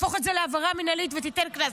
תהפוך את זה לעבירה מינהלית ותיתן קנס.